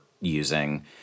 using